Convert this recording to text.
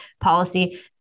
policy